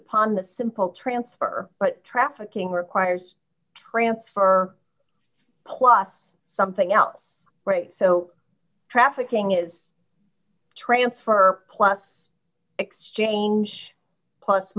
upon the simple transfer but trafficking requires transfer plus something else right so trafficking is transfer plus exchange plus